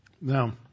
Now